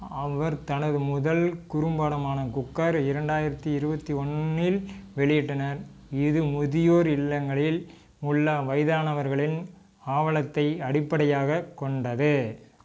அவர் தனது முதல் குறும்படமான குக்கர் இரண்டாயிரத்து இருபத்தி ஒன்றில் வெளியிட்டனர் இது முதியோர் இல்லங்களில் உள்ள வயதானவர்களின் அவலத்தை அடிப்படையாகக் கொண்டது